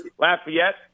Lafayette